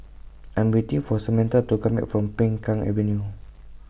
I'm waiting For Samantha to Come Back from Peng Kang Avenue